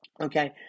Okay